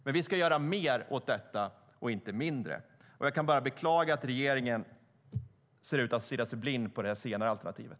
Men vi ska göra mer åt detta, inte mindre. Jag kan bara beklaga att regeringen ser ut att stirra sig blind på det senare alternativet.